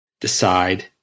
decide